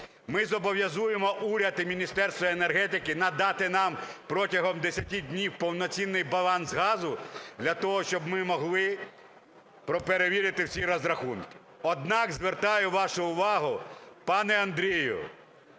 Ми зобов'язуємо уряд і Міністерство енергетики надати нам протягом 10 днів повноцінний баланс газу для того, щоб ми могли перевірити всі розрахунки. Однак звертаю вашу увагу, пане Андрію.